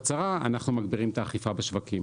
הצהרה אנחנו מגבירים את האכיפה בשווקים